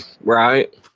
right